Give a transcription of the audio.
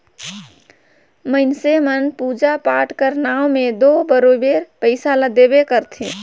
मइनसे मन पूजा पाठ कर नांव में दो बरोबेर पइसा ल देबे करथे